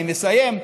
אני מסיים,